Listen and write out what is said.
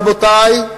רבותי,